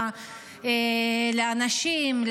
לאנשים,